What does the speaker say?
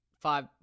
five